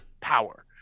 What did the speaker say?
power